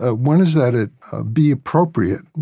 ah one is that it be appropriate.